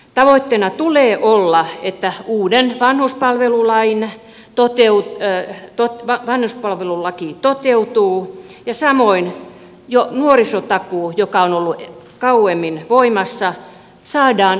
tavoitteena tulee olla että uusi vanhuspalvelulaki toteutuu ja samoin jo nuorisotakuu joka on ollut kauemmin voimassa saadaan toteutumaan